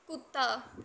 ਕੁੱਤਾ